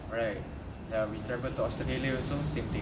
right ya we travel to australia also same thing